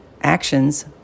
Actions